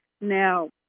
now